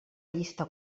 llista